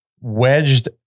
wedged